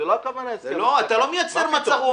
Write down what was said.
זה אחזקה, לא רשות.